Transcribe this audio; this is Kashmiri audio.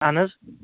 اہن حظ